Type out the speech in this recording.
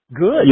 Good